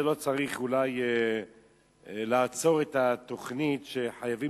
זה לא צריך אולי לעצור את התוכנית שחייבים